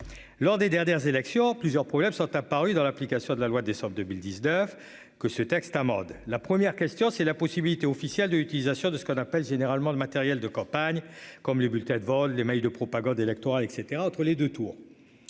lors des dernières élections plusieurs problèmes sont apparus dans l'application de la loi. Décembre 2019 que ce texte amende la première question c'est la possibilité officiel de utilisation de ce qu'on appelle généralement le matériel de campagne comme les bulletins de vol les mails de propagande électorale et cetera entre les 2 tours.